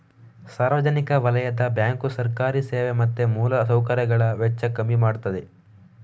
ಸಾರ್ವಜನಿಕ ವಲಯದ ಬ್ಯಾಂಕು ಸರ್ಕಾರಿ ಸೇವೆ ಮತ್ತೆ ಮೂಲ ಸೌಕರ್ಯಗಳ ವೆಚ್ಚ ಕಮ್ಮಿ ಮಾಡ್ತದೆ